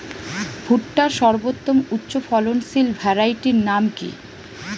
ভুট্টার সর্বোত্তম উচ্চফলনশীল ভ্যারাইটির নাম কি?